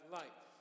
life